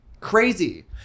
Crazy